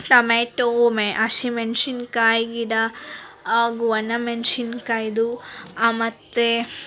tomato ಮೆ ಹಶಿ ಮೆಣ್ಸಿನ್ಕಾಯ್ ಗಿಡ ಹಾಗೂ ಒಣ ಮೆಣ್ಸಿನ್ಕಾಯಿದು ಮತ್ತು